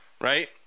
right